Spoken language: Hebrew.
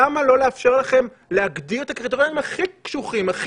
למה לא לאפשר לכם להגדיר את הקריטריונים הכי נוקשים